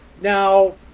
now